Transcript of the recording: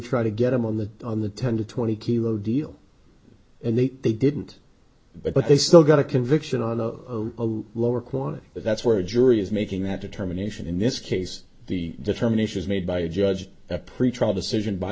try to get him on the on the ten to twenty kilo deal and they they didn't but they still got a conviction on the lower court and that's where a jury is making that determination in this case the determination is made by a judge a pretrial decision by